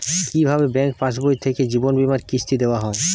কি ভাবে ব্যাঙ্ক পাশবই থেকে জীবনবীমার কিস্তি দেওয়া হয়?